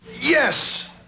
yes